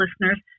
listeners